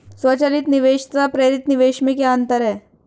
स्वचालित निवेश तथा प्रेरित निवेश में क्या अंतर है?